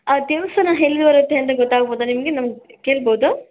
ಆ ದೇವಸ್ಥಾನ ಎಲ್ಲಿ ಬರುತ್ತೆ ಅಂತ ಗೊತ್ತಾಗ್ಬೋದಾ ನಿಮಗೆ ನಮ್ಗೆ ಕೇಳ್ಬೋದು